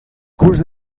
koulz